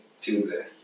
tuesday